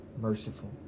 merciful